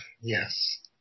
Yes